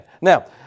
Now